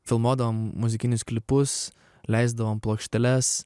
filmuodavom muzikinius klipus leisdavom plokšteles